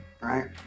right